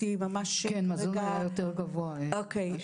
כן, מזון היה יותר גבוה בשנה שעברה.